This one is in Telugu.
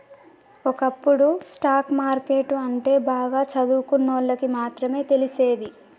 ఒకప్పుడు స్టాక్ మార్కెట్టు అంటే బాగా చదువుకున్నోళ్ళకి మాత్రమే తెలిసేది